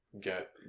get